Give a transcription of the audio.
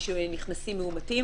שנכנסים מאומתים.